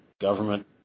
government